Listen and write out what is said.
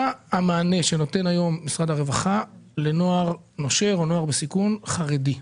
מה המענה שנותן היום משרד הרווחה לנוער חרדי נושר או נוער חרדי בסיכון?